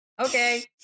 Okay